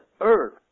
earth